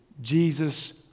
Jesus